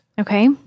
okay